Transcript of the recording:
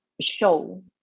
show